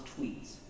tweets